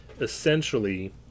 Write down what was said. essentially